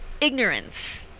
ignorance